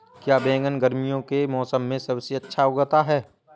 क्या बैगन गर्मियों के मौसम में सबसे अच्छा उगता है?